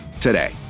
today